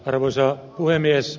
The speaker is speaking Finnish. arvoisa puhemies